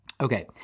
Okay